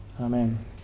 Amen